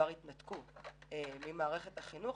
שכבר התנתקו ממערכת החינוך,